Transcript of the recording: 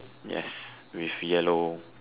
yes with yellow